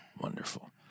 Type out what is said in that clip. wonderful